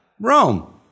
Rome